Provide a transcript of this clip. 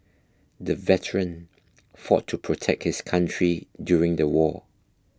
the veteran fought to protect his country during the war